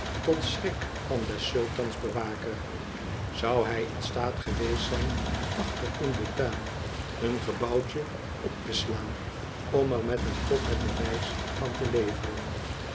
tot schrik van des sultan's bewaker zou hij in staat geweest zijn achter in den tuin een gebouwtje op te slaan om ei met een pop het bewijs van te leveren